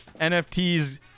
NFTs